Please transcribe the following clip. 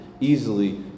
easily